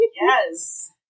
Yes